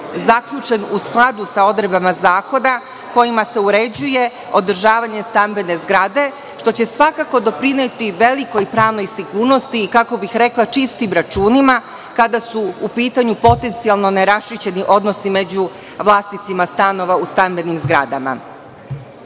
zaključen u skladu sa odredbama zakona kojima se uređuje održavanje stambene zgrade, što će svakako doprineti velikoj pravnoj sigurnosti i čistim računima kada su u pitanju potencijalno neraščišćeni odnosi među vlasnicima stanova u stambenim zgradama. Vrlo